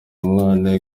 umwana